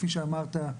כמו שאמרת,